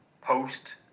post